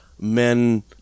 men